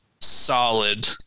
solid